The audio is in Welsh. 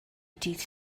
dydd